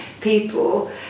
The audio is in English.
people